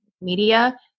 media